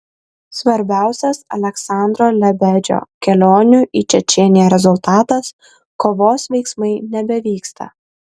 svarbiausias aleksandro lebedžio kelionių į čečėniją rezultatas kovos veiksmai nebevyksta